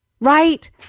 right